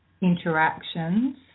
interactions